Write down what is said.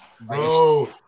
Bro